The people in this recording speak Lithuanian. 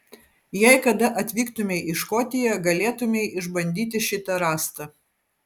jei kada atvyktumei į škotiją galėtumei išbandyti šitą rąstą